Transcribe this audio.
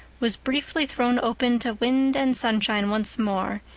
was briefly thrown open to wind and sunshine once more,